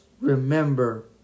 remember